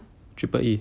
triple E